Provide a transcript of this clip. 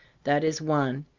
that is one.